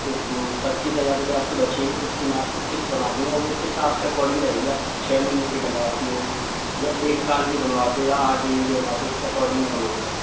फिर जो पच्चीस हज़ार रुपये आपके बचे हैं उसकी मैं आपको क़िस्त बना दूँगा वह क़िस्त आपके अकॉर्डिंग रहेगी आप छः महीने की बनवाते हो या एक साल की बनवाते हो या आठ महीने की बनवाते हो उसके अकॉर्डिंग मैं बनाऊँगा